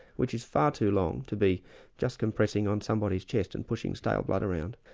which is far too long to be just compressing on somebody's chest, and pushing stale blood around.